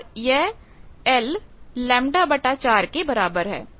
और यह lλ 4 है